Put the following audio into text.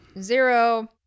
zero